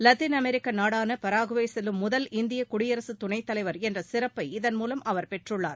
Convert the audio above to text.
Latin அமெரிக்க நாடான Paraguay செல்லும் முதல் இந்திய குடியரசுத் துணைத்தலைவா் என்ற சிறப்பை இதன்மூலம் அவர் பெற்றுள்ளார்